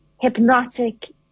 hypnotic